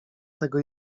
tego